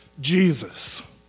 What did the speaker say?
Jesus